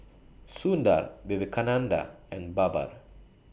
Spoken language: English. Sundar Vivekananda and Baba